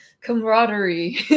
camaraderie